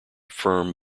firm